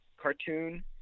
cartoon –